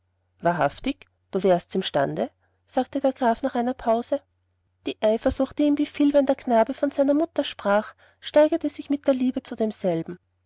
wahrhaftig du wärst's im stande sagte der graf nach einer pause die eifersucht die ihn befiel wenn der knabe von seiner mutter sprach steigerte sich mit der liebe zu demselben